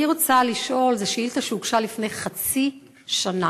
אני רוצה לשאול, זו שאילתה שהוגשה לפני חצי שנה,